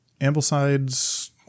Ambleside's